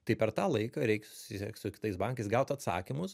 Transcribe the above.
tai per tą laiką reik susisiekt su kitais bankais gaut atsakymus